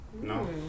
No